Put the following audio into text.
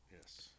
Yes